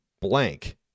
blank